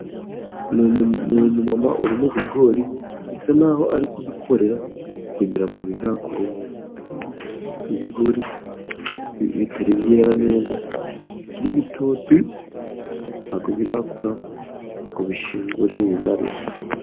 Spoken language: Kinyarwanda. Ni umumama uri mu bigori bisa n'aho ari kubikorera kugirango bizakure neza, ibigori bitari byera neza bikiri bitoto, ntabwo birakura ngo bishingure bimareyo.